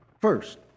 First